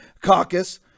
Caucus